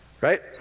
right